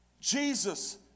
Jesus